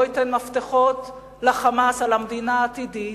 לא ייתן מפתחות ל"חמאס" על המדינה העתידית,